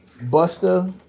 Buster